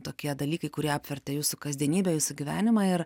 tokie dalykai kurie apvertė jūsų kasdienybę jūsų gyvenimą ir